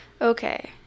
okay